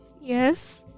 Yes